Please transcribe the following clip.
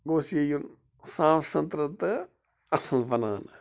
گوٚژھ یہِ یُن صاف سُترٕ تہٕ اَصٕل بناونہٕ